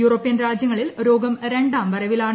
European രാജ്യങ്ങളിൽ രോഗം രണ്ടാം വരവിലാണ്